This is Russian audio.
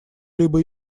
либо